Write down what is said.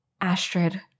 Astrid